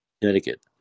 Connecticut